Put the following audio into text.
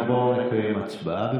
נעבור לקיים הצבעה.